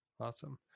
awesome